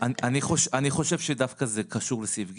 אני רוצה --- אני חושב שזה דווקא קשור לסעיף (ג),